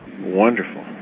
Wonderful